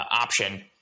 option